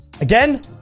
Again